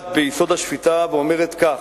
ונוגעת ביסוד השפיטה, ואומרת כך: